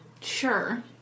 Sure